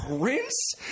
Prince